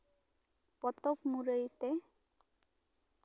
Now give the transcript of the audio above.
ᱯᱚᱛᱚᱵ ᱢᱩᱨᱟᱹᱭ ᱛᱮ